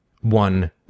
one